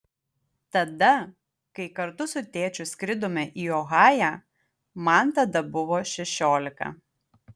tada kai kartu su tėčiu skridome į ohają man tada buvo šešiolika